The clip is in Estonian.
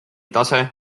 tase